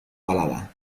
balada